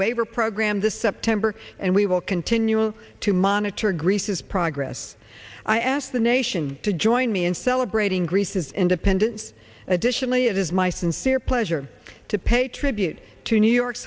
waiver program this september and we will continue to monitor greece's progress i asked the nation to join me in celebrating greece's independence additionally it is my sincere pleasure to pay tribute to new york